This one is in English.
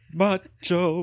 macho